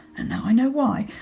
and now i know why.